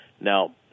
Now